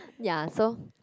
ya so